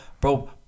bro